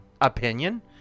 opinion